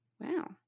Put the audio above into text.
Wow